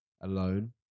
alone